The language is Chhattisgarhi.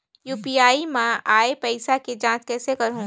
यू.पी.आई मा आय पइसा के जांच कइसे करहूं?